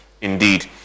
indeed